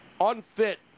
unfit